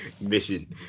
Mission